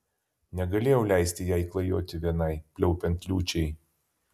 negalėjau leisti jai klajoti vienai pliaupiant liūčiai